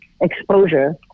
exposure